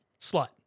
slut